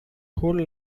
whole